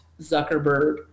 Zuckerberg